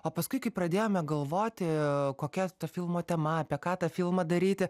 o paskui kai pradėjome galvoti kokia to filmo tema apie ką tą filmą daryti